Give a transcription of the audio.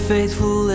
Faithful